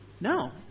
No